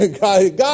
God